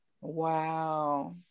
Wow